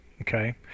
Okay